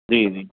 जी जी